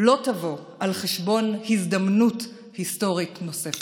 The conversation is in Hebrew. לא תבוא על חשבון הזדמנות היסטורית נוספת.